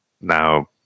Now